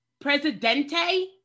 Presidente